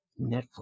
Netflix